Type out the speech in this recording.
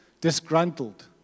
disgruntled